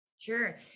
Sure